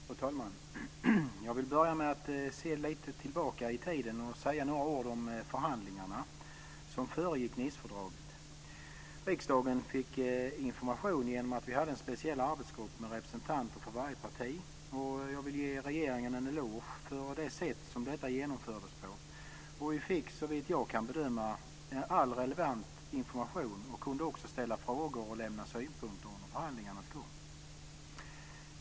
Fru talman! Jag vill börja med att se lite tillbaka i tiden och säga några ord om de förhandlingar som föregick Nicefördraget. Riksdagen fick information genom att vi hade en speciell arbetsgrupp med representanter för varje parti. Jag vill ge regeringen en eloge för det sätt på vilket detta genomfördes. Vi fick, såvitt jag kan bedöma, all relevant information och kunde också ställa frågor och lämna synpunkter under förhandlingarnas gång.